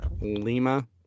Lima